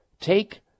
take